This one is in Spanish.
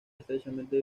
estrechamente